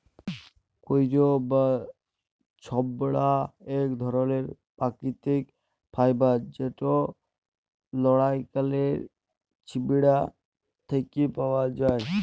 কইর বা ছবড়া ইক ধরলের পাকিতিক ফাইবার যেট লাইড়কেলের ছিবড়া থ্যাকে পাউয়া যায়